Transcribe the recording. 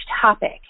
topic